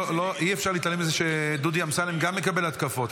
אי-אפשר להתעלם מזה שדודי אמסלם גם מקבל התקפות.